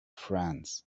friends